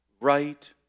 right